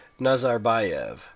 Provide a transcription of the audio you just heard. Nazarbayev